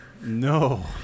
no